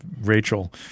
Rachel